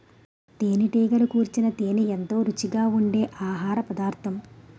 తేనెటీగలు కూర్చిన తేనే ఎంతో రుచిగా ఉండె ఆహారపదార్థం